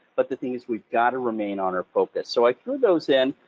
but the things we got to remain on are focus. so i threw those in,